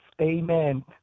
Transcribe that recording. amen